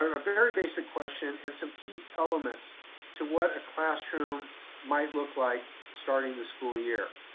a very basic question and some key elements to what a classroom might look like starting the school year.